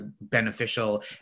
beneficial